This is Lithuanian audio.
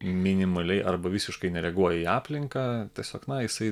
minimaliai arba visiškai nereaguoja į aplinką tiesiog na jisai